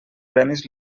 premis